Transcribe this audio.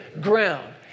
ground